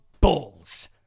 Balls